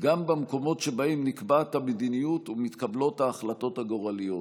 גם במקומות שבהם נקבעת המדיניות ומתקבלות ההחלטות הגורליות,